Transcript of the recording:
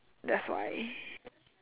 that's why